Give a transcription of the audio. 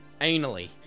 anally